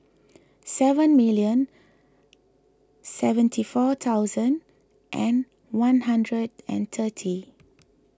seven million seventy four thousand and one hundred and thirty